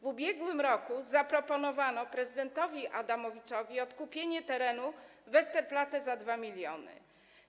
W ubiegłym roku zaproponowano prezydentowi Adamowiczowi odkupienie terenów Westerplatte za 2 mln zł.